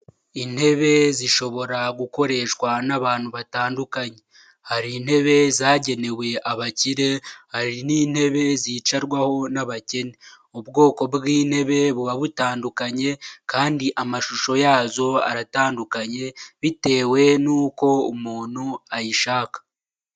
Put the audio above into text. Intebe zishobora gukoreshwa n'abantu batandukanye, hari intebe zagenewe abakire hari n'intebe zicarwaho n'abakene, ubwoko bw'intebe buba butandukanye kandi amashusho yazo aratandukanye, bitewe n'uko umuntu ayishaka.